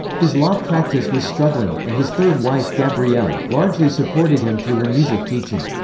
his law practice was struggling, and his third wife, gabrielle, largely supported him through her music teaching.